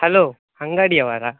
hello ಅಂಗಡಿಯವರೇ